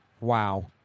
Wow